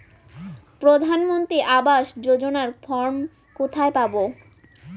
প্রধান মন্ত্রী আবাস যোজনার ফর্ম কোথায় পাব?